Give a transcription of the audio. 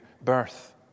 birth